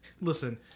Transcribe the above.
listen